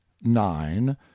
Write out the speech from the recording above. nine